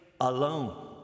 alone